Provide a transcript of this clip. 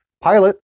Pilot